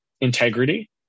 integrity